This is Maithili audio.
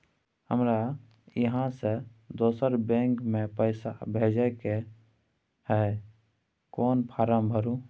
हमरा इहाँ से दोसर बैंक में पैसा भेजय के है, कोन फारम भरू?